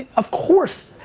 of course,